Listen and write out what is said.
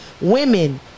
Women